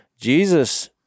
jesus